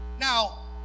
Now